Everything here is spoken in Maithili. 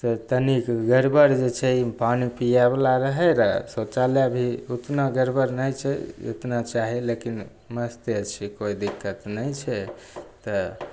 तनि गड़बड़ जे छै पानी पिएवला रहै रऽ शौचालय भी ओतना गड़बड़ नहि छै जतना चाही लेकिन मस्ते छै कोइ दिक्कत नहि छै तऽ